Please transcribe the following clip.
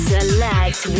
Select